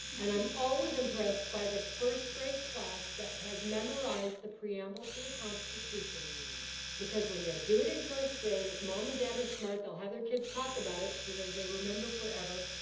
and i'm always impressed by the first grade class that has memorized the preamble to the constitution because when you do it in first grade, if mom and dad are smart, they'll have their kids talk about it so that they remember forever.